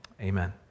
amen